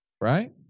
Right